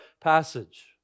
passage